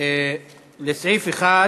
לסעיף 1